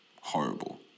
horrible